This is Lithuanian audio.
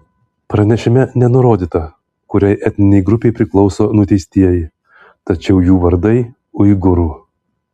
pranešime nenurodyta kuriai etninei grupei priklauso nuteistieji tačiau jų vardai uigūrų